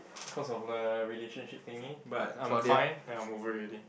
cause of the relationship thingy but I'm fine and I'm over it already